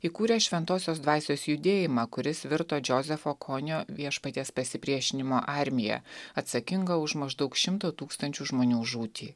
įkūrė šventosios dvasios judėjimą kuris virto džozefo konio viešpaties pasipriešinimo armija atsakinga už maždaug šimto tūkstančių žmonių žūtį